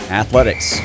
athletics